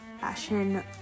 fashion